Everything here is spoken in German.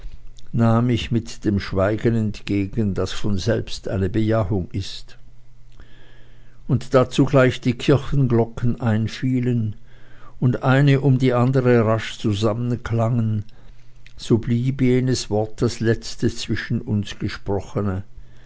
nahm ich mit dem schweigen entgegen das von selbst eine bejahung ist und da zugleich die kirchenglocken einfielen und eine um die andere rasch zusammenklangen so blieb jenes wort das letzte zwischen uns gesprochene